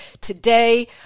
today